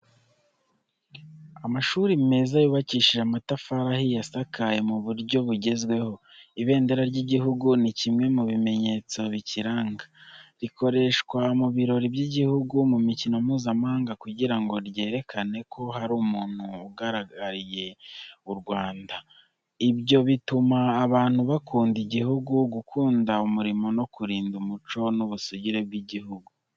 Amashuri meza yubakishije amatafari ahiye asakaye mu buryo bugezweho. Ibendera ry'igihugu ni kimwe mu bimenyetso bikiranga. Rikoreshwa mu birori by’igihugu, mu mikino mpuzamahanga kugira ngo ryerekane ko hari umuntu uhagarariye u Rwanda. Ibyo bituma abantu bakunda igihugu, gukunda umurimo no kurinda umuco n’ubusugire bw’igihugu.